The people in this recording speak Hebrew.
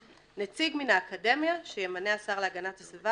נציג מן האקדמיה שימנה השר להגנת הסביבה,